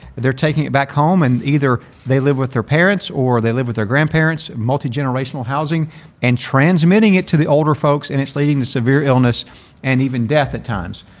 they're taking it back home. and either they live with their parents or they live with their grandparents, multigenerational housing and transmitting it to the older folks. and it's leading to severe illness and even death at times.